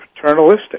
paternalistic